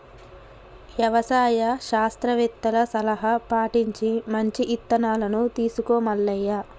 యవసాయ శాస్త్రవేత్తల సలహా పటించి మంచి ఇత్తనాలను తీసుకో మల్లయ్య